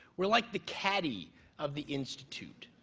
we're like the caddy of the institute.